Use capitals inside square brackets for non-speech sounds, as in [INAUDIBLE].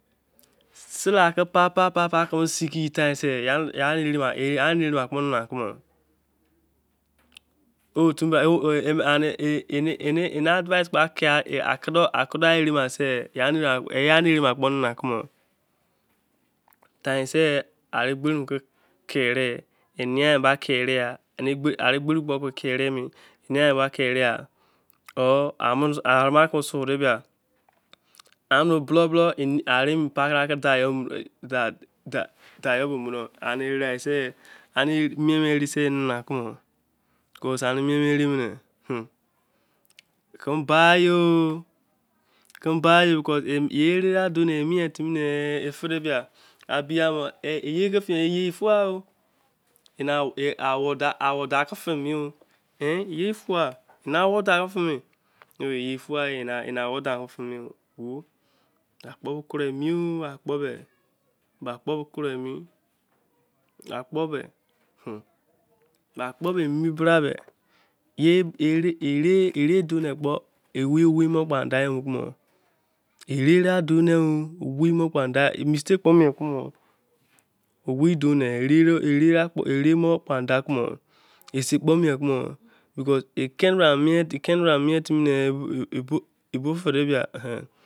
[HESITATION] sele ka. papa zigi fmes sei ene erema kpo nana kumo. ani, advice kpe ene ere ma kpo nanu kumo, mene gba gberi kpo ko dor. enia kpo kere ya eni- gben, ke keremi or ami ma kemi suo denubia amune bolon bolon tu doo. ani seri ere kpo nara kuro. keme baye. keme. baye cause eni ere a. do. ne ye ke fai me ye fei oh. Awon- dan- ke fei- ni ye fai eni awon dan ke fei-mi akpo kuromi o me akpo kuro mi. akpo be. akpo be mi bra me ere doo ne kpo owei owei kpo adan. mistake kpo mie kumo. ere kpo mo dan kumo. esi kpo mie kumo. Kesiebra mien timi nele,- bo- fei de bai.